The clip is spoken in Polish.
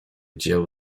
dzieł